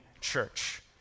church